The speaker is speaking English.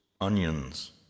onions